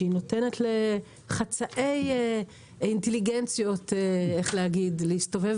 שהיא נותנת לחצאי אינטליגנציות להסתובב